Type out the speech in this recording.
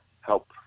help